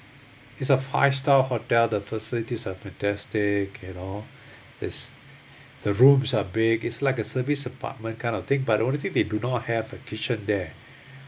it's a five star hotel the facilities are fantastic you know this the rooms are big it's like a service apartment kind of thing but only thing they do not have a kitchen there